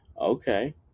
Okay